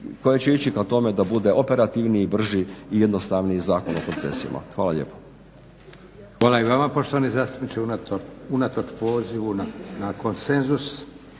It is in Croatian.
koje će ići ka tome da bude operativniji, brži i jednostavniji Zakon o koncesijama. Hvala lijepo. **Leko, Josip (SDP)** Hvala i vama poštovani zastupniče. Unatoč pozivu na konsenzus